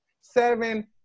seven